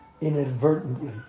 inadvertently